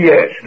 Yes